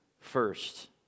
first